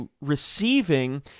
receiving